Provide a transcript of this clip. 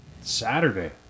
Saturday